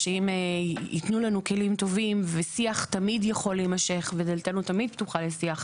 שאם יתנו לנו כלים טובים ושיח תמיד יכול להימשך ודלתנו תמיד פתוחה לשיח,